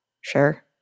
Sure